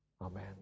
Amen